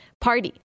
party